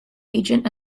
agent